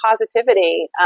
positivity